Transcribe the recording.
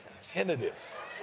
tentative